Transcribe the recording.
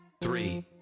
three